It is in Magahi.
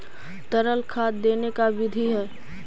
तरल खाद देने के का बिधि है?